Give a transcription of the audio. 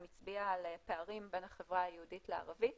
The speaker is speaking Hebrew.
הצביע על הפערים בין החברה היהודית לערבית